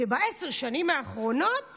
בעשר השנים האחרונות